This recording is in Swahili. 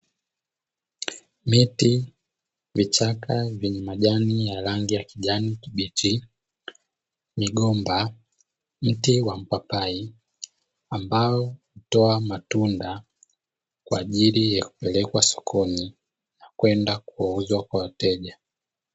Miti vichaka vyenye majani yenye rangi ya kijani kibichi, mgomba mti wa mpapai ambao hutoa matunda kwa ajili ya kupelekwa sokoni na kwenda kuuzwa kwa wateja.